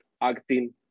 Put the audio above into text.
acting